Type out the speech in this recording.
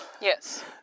yes